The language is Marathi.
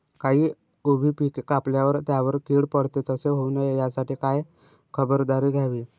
काही उभी पिके कापल्यावर त्यावर कीड पडते, तसे होऊ नये यासाठी काय खबरदारी घ्यावी?